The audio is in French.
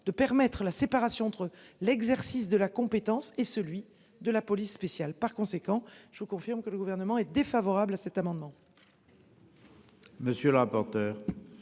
de permettre la séparation entre l'exercice de la compétence et celui de la police spéciale. Par conséquent, je vous confirme que le gouvernement est défavorable à cet amendement.